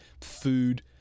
food